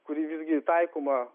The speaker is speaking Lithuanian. kuri visgi taikoma